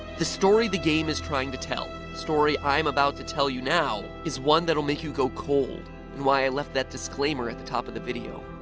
the story the game is trying to tell. the story i'm about to tell you now, is one that'll make you go cold. and why i left that disclaimer at the top of the video.